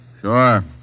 Sure